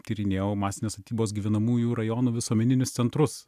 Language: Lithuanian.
tyrinėjau masinės statybos gyvenamųjų rajonų visuomeninius centrus